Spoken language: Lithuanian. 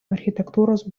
architektūros